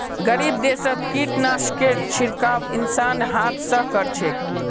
गरीब देशत कीटनाशकेर छिड़काव इंसान हाथ स कर छेक